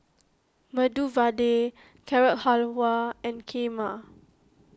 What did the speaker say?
Medu Vada Carrot Halwa and Kheema